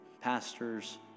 pastors